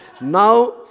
Now